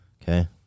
Okay